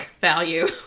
value